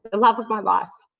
the love of my life,